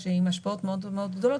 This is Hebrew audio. עם השפעות מאוד גדולות,